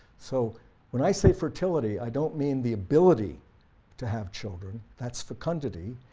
so when i say fertility i don't mean the ability to have children, that's fecundity,